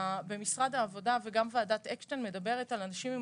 במשרד העבודה וגם ועדת אקשטיין מדברת על אנשים עם